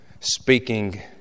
speaking